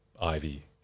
Ivy